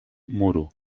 muro